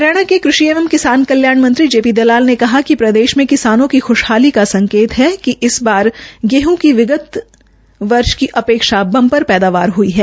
हरियाणा के कृषि एवं किसान कल्याण मंत्री जेपीदलाल ने कहा कि प्रदेश में किसानों की ख्शहाली का संकेत है कि इस बार गेहं की विगत सीजन की अपेक्षा बंपर पैदावार हई है